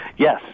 Yes